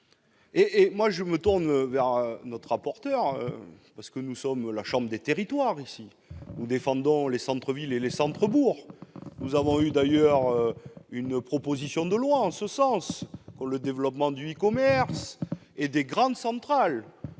et je me tourne vers le rapporteur : nous sommes la chambre des territoires. Nous défendons les centres-villes et les centres-bourgs. Nous avons examiné une proposition de loi sur le développement du e-commerce et des grandes centrales